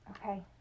okay